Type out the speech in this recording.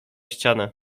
ścianę